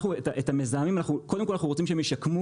את המזהמים קודם כל אנחנו רוצים שהם ישקמו